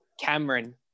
Cameron